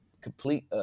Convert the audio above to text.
complete